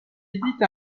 édite